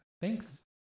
thanks